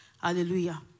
Hallelujah